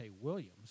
Williams